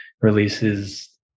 releases